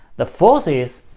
the fourth is,